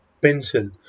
pencil